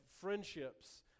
friendships